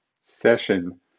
session